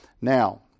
Now